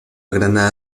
granada